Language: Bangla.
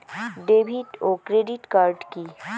ডেভিড ও ক্রেডিট কার্ড কি?